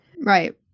Right